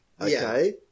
Okay